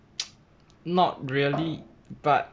not really but